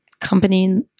company